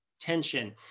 tension